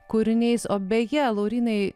kūriniais o beje laurynai